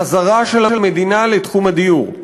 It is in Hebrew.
חזרה של המדינה לתחום הדיור,